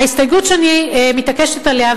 ההסתייגות שאני מתעקשת עליה,